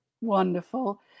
Wonderful